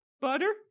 Butter